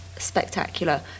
spectacular